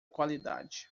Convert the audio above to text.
qualidade